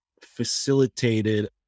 facilitated